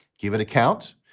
give it a count.